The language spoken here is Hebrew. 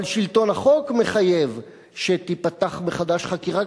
אבל שלטון החוק מחייב שתיפתח מחדש חקירה